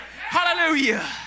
Hallelujah